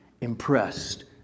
impressed